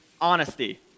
honesty